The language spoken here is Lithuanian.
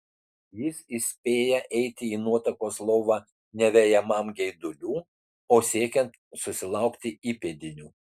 jis įspėja eiti į nuotakos lovą ne vejamam geidulių o siekiant susilaukti įpėdinių